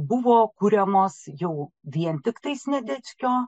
buvo kuriamas jau vien tiktai sniadeckio